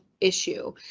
issue